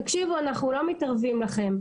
תקשיבו אנחנו לא מתערבים לכם,